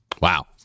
Wow